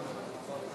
הכנסת,